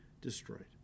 destroyed